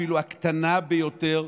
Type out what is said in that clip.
אפילו הקטנה ביותר,